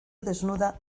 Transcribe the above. desnuda